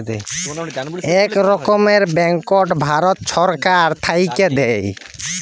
ইক রকমের ব্যাংকট ভারত ছরকার থ্যাইকে দেয়